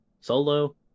solo